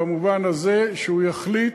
במובן הזה שהוא יחליט,